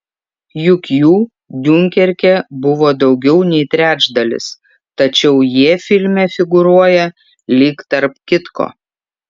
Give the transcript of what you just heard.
juk jų diunkerke buvo daugiau nei trečdalis tačiau jie filme figūruoja lyg tarp kitko